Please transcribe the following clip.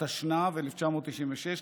התשנ"ו 1996,